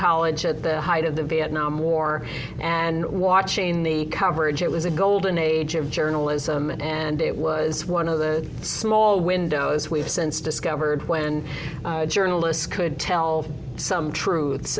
college at the height of the vietnam war and watching the coverage it was a golden age of journalism and it was one of the small windows we've since discovered when journalists could tell some truth